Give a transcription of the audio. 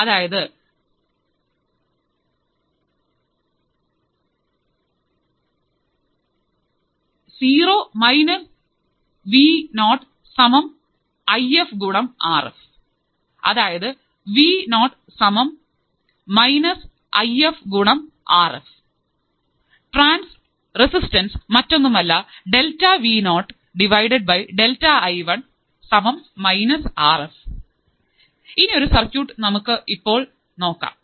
അതായതു zero minus V O സമം I f ഗുണം ആർ ഫ് അതായതു വി ഓ സമം മൈനസ് ഐ ഫ് ഗുണം ആർ ഫ് ട്രാൻസ് റെസിസ്റ്റൻസ് മറ്റൊന്നുമല്ല ഈയൊരു സർക്യൂട്ട് നമുക്ക് ഇപ്പോൾ നോക്കാം